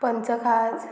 पंचखाद्या